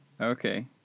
Okay